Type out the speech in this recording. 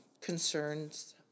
concerns